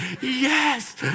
yes